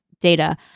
data